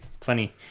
Funny